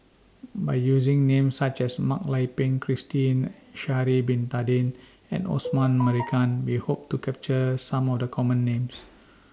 By using Names such as Mak Lai Peng Christine Sha'Ari Bin Tadin and Osman Merican We Hope to capture Some of The Common Names